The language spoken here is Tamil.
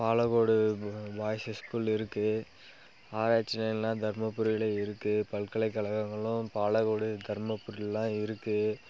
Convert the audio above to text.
பாலக்கோடு பாய்ஸ் ஸ்கூல் இருக்குது ஆராய்ச்சி நிலையலான் தருமபுரியில் இருக்குது பல்கலைக்கழகங்களும் பாலக்கோடு தருமபுரிலலாம் இருக்குது